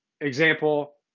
example